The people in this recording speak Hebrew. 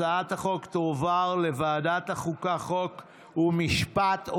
הצעת החוק תועבר לוועדת החוקה, חוק ומשפט.